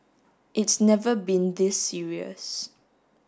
it's never been this serious